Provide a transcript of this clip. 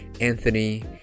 anthony